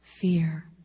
fear